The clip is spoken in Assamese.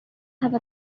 সময়